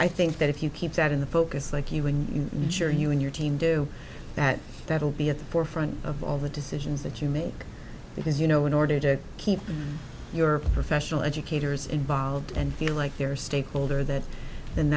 i think that if you keep that in the focus like you and sure you and your team do that that will be at the forefront of all the decisions that you make because you know in order to keep your professional educators involved and feel like they're stakeholder that then